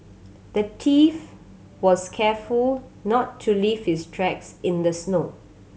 the thief was careful not to leave his tracks in the snow